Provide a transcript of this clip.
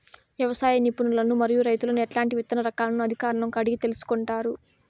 వ్యవసాయ నిపుణులను మరియు రైతులను ఎట్లాంటి విత్తన రకాలను అధికారులను అడిగి తెలుసుకొంటారు?